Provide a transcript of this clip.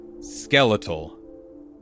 skeletal